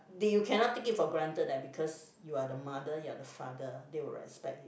did you cannot take it for granted eh because you are the mother you are the father they will respect you